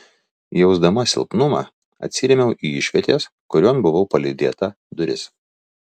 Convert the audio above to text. jausdama silpnumą atsirėmiau į išvietės kurion buvau palydėta duris